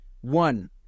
One